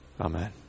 Amen